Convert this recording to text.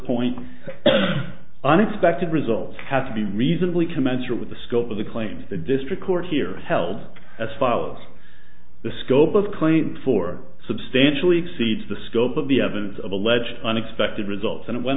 point unexpected results have to be reasonably commensurate with the scope of the claims the district court here held as follows the scope of claims for substantially exceeds the scope of the evidence of alleged unexpected results and went